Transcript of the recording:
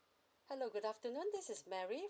hello good afternoon this is mary